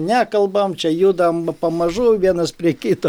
nekalbam čia judam pamažu vienas prie kito